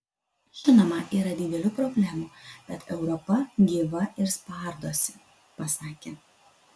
žinoma yra didelių problemų bet europa gyva ir spardosi pasakė